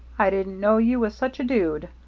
i didn't know you was such a dude.